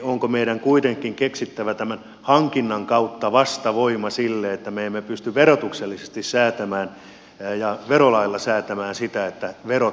onko meidän kuitenkin keksittävä tämän hankinnan kautta vastavoima sille että me emme pysty verolailla säätämään sitä että verot pysyvät suomessa